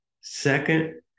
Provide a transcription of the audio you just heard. Second